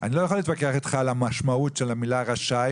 אני לא יכול להתווכח אתך על המשמעות של המילה "רשאי".